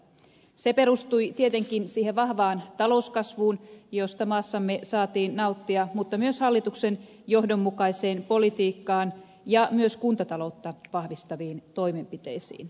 se perustui tietenkin siihen vahvaan talouskasvuun josta maassamme saatiin nauttia mutta myös hallituksen johdonmukaiseen politiikkaan ja myös kuntataloutta vahvistaviin toimenpiteisiin